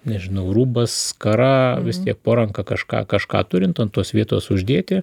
nežinau rūbas skara vis tiek po ranka kažką kažką turint ant tos vietos uždėti